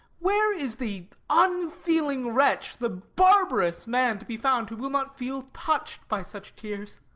where is the unfeeling wretch, the barbarous man to be found who will not feel touched by such tears?